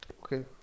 okay